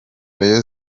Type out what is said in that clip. rayon